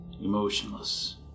Emotionless